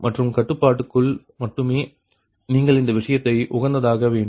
மற்றும் கட்டுப்பாட்டுக்குள் மட்டுமே நீங்கள் இந்த விஷயத்தை உகந்ததாக்க வேண்டும்